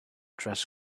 dress